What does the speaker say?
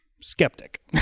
skeptic